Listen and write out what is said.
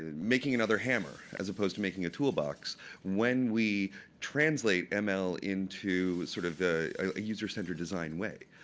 ah making another hammer as opposed to making a toolbox when we translate ah ml into sort of a a user centered design way?